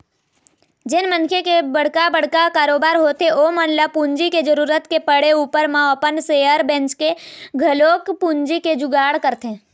जेन मनखे के बड़का बड़का कारोबार होथे ओमन ल पूंजी के जरुरत के पड़े ऊपर म अपन सेयर बेंचके घलोक पूंजी के जुगाड़ करथे